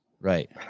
Right